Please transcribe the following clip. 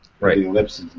Right